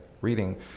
reading